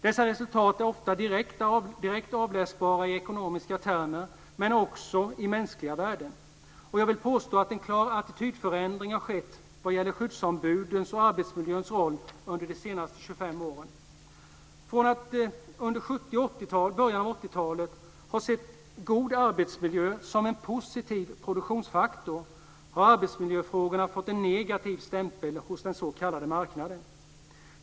Dessa resultat är ofta direkt avläsbara i ekonomiska termer men också i mänskliga värden. Jag vill påstå att en klar attitydförändring har skett vad gäller skyddsombudens och arbetsmiljöns roll under de senaste 25 åren. Från att under 70-talet och början av 80-talet ha sett god arbetsmiljö som en positiv produktionsfaktor har arbetsmiljöfrågorna fått en negativ stämpel hos den s.k. marknaden.